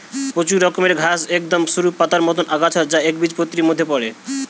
প্রচুর রকমের ঘাস একদম সরু পাতার মতন আগাছা যা একবীজপত্রীর মধ্যে পড়ে